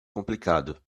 complicado